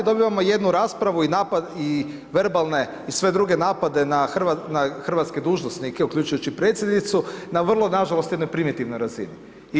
Dobivamo jednu raspravu i napad i verbalne i sve druge napade na hrvatske dužnosnike, uključujući i predsjednicu, na vrlo na žalost, jednoj primitivnoj razini.